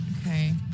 Okay